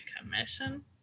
commission